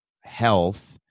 health